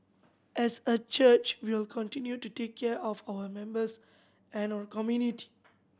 as a church we will continue to take care of our members and our community